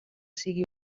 sigui